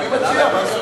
אבל אני מציע, מה קרה?